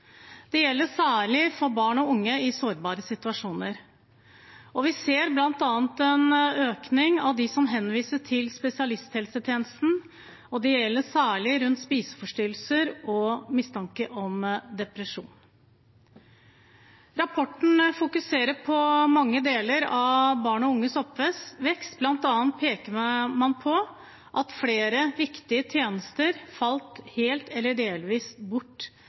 Det gjelder særlig for barn og unge i sårbare situasjoner. Vi ser bl.a. en økning av unge som henvises til spesialisthelsetjenesten, og det gjelder særlig spiseforstyrrelser og mistanke om depresjon. Rapporten fokuserer på mange deler av barn og unges oppvekst. Blant annet peker man på at flere viktige tjenester falt helt eller delvis bort